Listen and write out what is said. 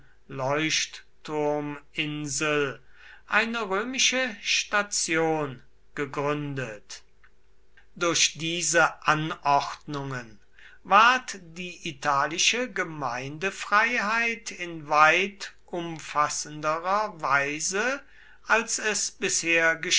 beherrschenden leuchtturminsel eine römische station gegründet durch diese anordnungen ward die italische gemeindefreiheit in weit umfassenderer weise als es bisher